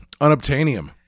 Unobtainium